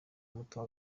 muto